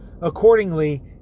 accordingly